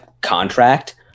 contract